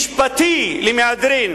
משפטי למהדרין,